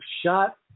shot